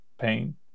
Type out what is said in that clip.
pain